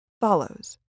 follows